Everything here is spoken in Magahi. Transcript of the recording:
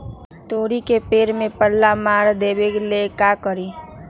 तोड़ी के पेड़ में पल्ला मार देबे ले का करी?